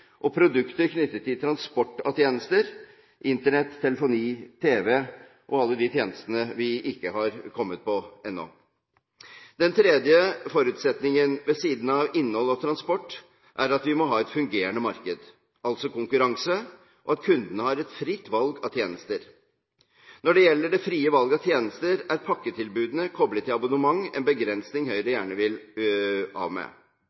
tjenestene vi ikke har kommet på ennå. Den tredje forutsetningen, ved siden av innhold og transport, er at vi må ha et fungerende marked, altså konkurranse, og at kundene har et fritt valg av tjenester. Når det gjelder det frie valget av tjenester, er pakketilbudene koblet til abonnement, en begrensning Høyre gjerne vil bli av med.